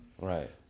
Right